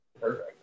Perfect